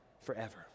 forever